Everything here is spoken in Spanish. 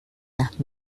las